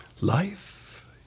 Life